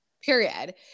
period